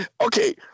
okay